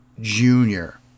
junior